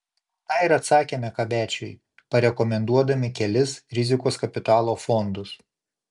tą ir atsakėme kabečiui parekomenduodami kelis rizikos kapitalo fondus